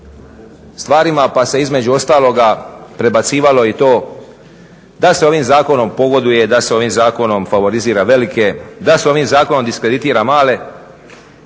stvarima pa se između ostalog prebacivalo i to da se ovim zakonom pogoduje,d a se ovim zakonom favorizira velike, da se ovim zakonom diskreditira male.